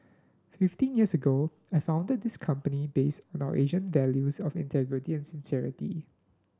fifteen years ago I founded this company based on our Asian values of integrity and sincerity